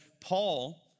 Paul